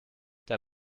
der